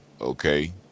Okay